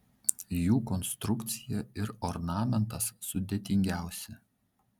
jų konstrukcija ir ornamentas sudėtingiausi